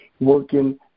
working